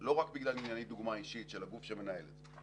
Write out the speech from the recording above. לא רק בגלל ענייני דוגמה אישית של הגוף שמנהל את זה.